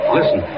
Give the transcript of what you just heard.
Listen